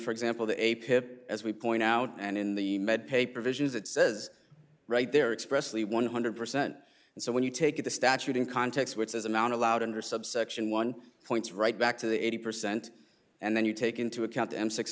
for example to a pip as we point out and in the med pay provisions it says right there expressly one hundred percent and so when you take the statute in context which is amount allowed under subsection one points right back to the eighty percent and then you take into account the m six